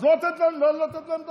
אז לא לתת להם לדבר?